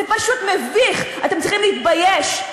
זה פשוט מביך, אתם צריכים להתבייש.